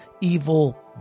evil